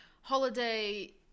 holiday